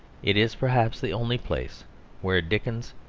it is perhaps the only place where dickens,